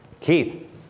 Keith